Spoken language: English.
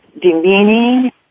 demeaning